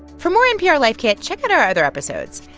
for more npr life kit, check out our other episodes.